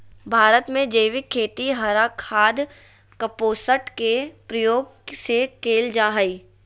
भारत में जैविक खेती हरा खाद, कंपोस्ट के प्रयोग से कैल जा हई